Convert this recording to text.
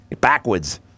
Backwards